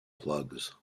plugs